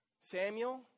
Samuel